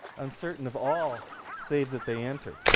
uncertain of all save that they enter.